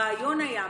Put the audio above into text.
הרעיון היה,